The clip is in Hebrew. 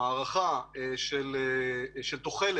ההערכה של תוחלת